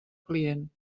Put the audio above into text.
client